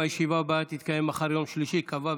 הישיבה הבאה תתקיים מחר, יום שלישי, כ"ו